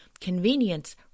Convenience